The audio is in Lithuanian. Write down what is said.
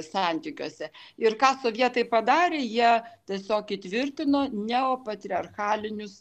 santykiuose ir ką sovietai padarė jie tiesiog įtvirtino neopatriarchalinius